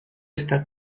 está